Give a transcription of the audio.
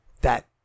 that-